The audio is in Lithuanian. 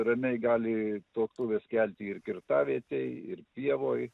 ramiai gali tuoktuves kelti ir kirtavietėj ir pievoj